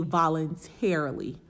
voluntarily